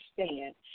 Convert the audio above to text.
understand